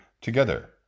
together